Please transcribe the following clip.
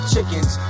Chickens